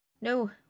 No